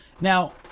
Now